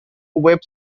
web